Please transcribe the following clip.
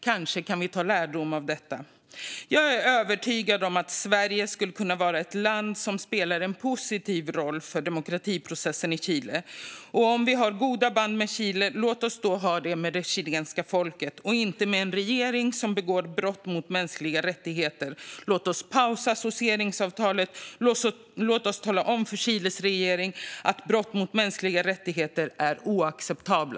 Kanske kan vi dra lärdom av detta. Jag är övertygad om att Sverige skulle kunna vara ett land som spelar en positiv roll för demokratiprocessen i Chile. Och om vi har goda band med Chile, låt oss då ha det med det chilenska folket, inte med en regering som begår brott mot mänskliga rättigheter. Låt oss pausa associeringsavtalet, och låt oss tala om för Chiles regering att brott mot mänskliga rättigheter är oacceptabla.